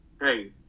Hey